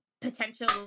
potential